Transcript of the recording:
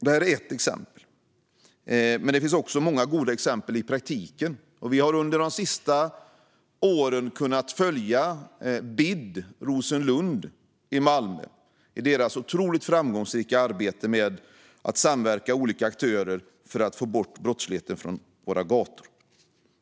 Det här är ett exempel, men det finns också många goda exempel i praktiken. På senare år har vi kunnat följa BID Sofielund i Malmö och deras mycket framgångsrika samverkan med olika aktörer för att få bort brottsligheten från gatorna.